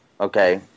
okay